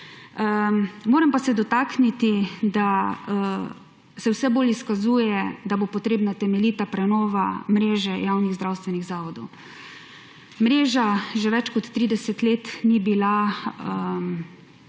Moram pa se dotakniti, da se vse bolj izkazuje, da bo potrebna temeljita prenova mreže javnih zdravstvenih zavodov. Mreža že več kot 30 let ni bila